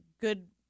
good